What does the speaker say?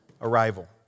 arrival